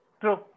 true